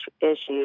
issues